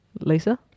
Lisa